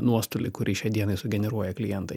nuostolį kurį šiai dienai sugeneruoja klientai